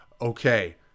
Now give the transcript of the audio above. Okay